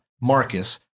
Marcus